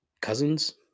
cousins